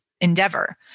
endeavor